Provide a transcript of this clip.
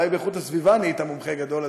אולי באיכות הסביבה נהיית מומחה גדול,